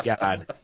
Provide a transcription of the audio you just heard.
God